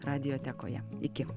radiotekoje iki